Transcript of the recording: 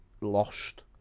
lost